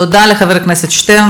תודה לחבר הכנסת שטרן.